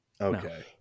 okay